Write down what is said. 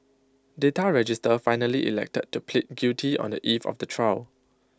data register finally elected to plead guilty on the eve of the trial